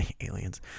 aliens